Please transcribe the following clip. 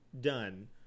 done